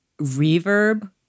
reverb